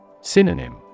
Synonym